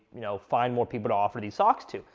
you know, find more people to offer these socks to?